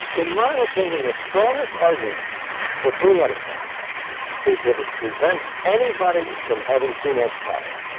in my opinion, the strongest argument for free enterprise is that it prevents anybody from having too much power.